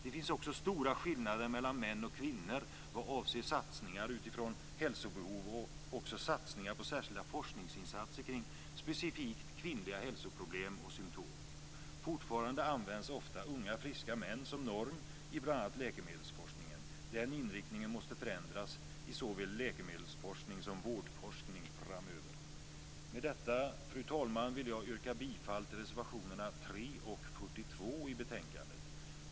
Det finns också stora skillnader mellan män och kvinnor vad avser satsningar utifrån hälsobehov och satsningar på särskilda forskningsinsatser kring specifikt kvinnliga hälsoproblem och symtom. Fortfarande används ofta unga friska män som norm i bl.a. läkemedelsforskningen. Den inriktningen måste förändras i såväl läkemedelsforskning som vårdforskning framöver. Med detta, fru talman, vill jag yrka bifall till reservationerna 3 och 42 i betänkandet.